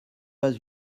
pas